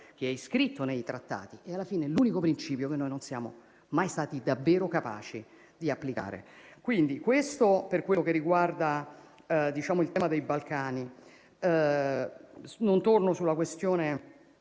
che è iscritto nei Trattati è alla fine l'unico principio che noi non siamo mai stati davvero capaci di applicare. Questo per quello che riguarda il tema dei Balcani. Non torno sulla questione